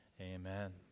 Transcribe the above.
amen